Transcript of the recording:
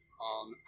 on